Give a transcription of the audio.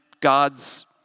God's